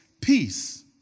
peace